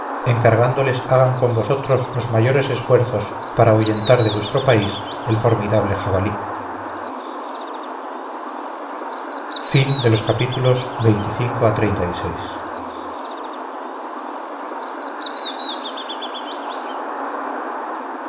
encargándoles hagan con vosotros los mayores esfuerzos para ahuyentar de vuestro país el formidable jabalí poco satisfechos